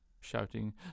shouting